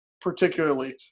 particularly